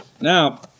Now